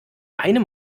einem